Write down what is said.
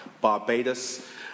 Barbados